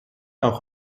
auch